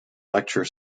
lecture